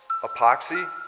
epoxy